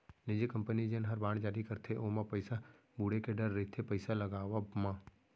निजी कंपनी जेन हर बांड जारी करथे ओमा पइसा बुड़े के डर रइथे पइसा लगावब म